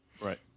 Right